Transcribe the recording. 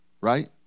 Right